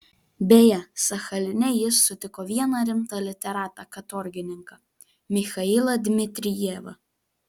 beje sachaline jis sutiko vieną rimtą literatą katorgininką michailą dmitrijevą